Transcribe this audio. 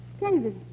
David